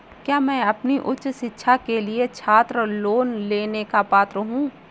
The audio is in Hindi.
क्या मैं अपनी उच्च शिक्षा के लिए छात्र लोन लेने का पात्र हूँ?